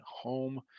home